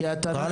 הוא כבר חזק.